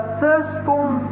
firstborn